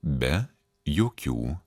be jokių